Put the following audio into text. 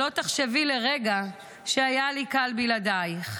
שלא תחשבי לרגע שהיה לי קל בלעדייך,